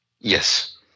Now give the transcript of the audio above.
Yes